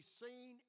seen